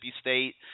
State